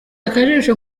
akajisho